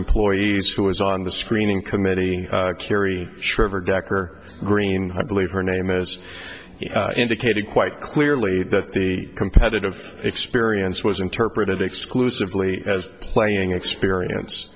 employees who was on the screening committee kerry shriver got her green card believe her name as indicated quite clearly that the competitive experience was interpreted exclusively as playing experience